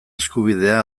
eskubidea